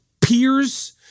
peers